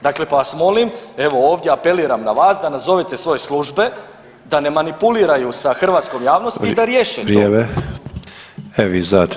Dakle, pa vas molim, evo ovdje apeliram na vas da nazovete svoje službe da ne manipuliraju sa hrvatskom javnosti i da [[Upadica: Vrijeme.]] riješe to.